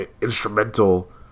instrumental